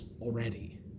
already